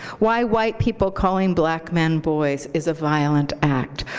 why white people calling black men boys is a violent act,